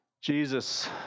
Jesus